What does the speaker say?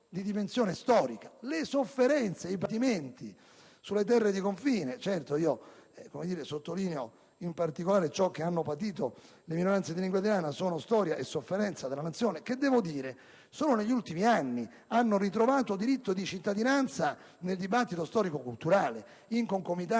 di dimensione storica, così come le sofferenze e i patimenti sulle terre di confine. Certo, io sottolineo in particolare ciò che hanno patito le minoranze di lingua italiana: sono storia e sofferenza della Nazione che solo negli ultimi anni hanno ritrovato diritto di cittadinanza nel dibattito storico culturale, in concomitanza,